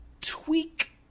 tweak